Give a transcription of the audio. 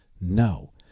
No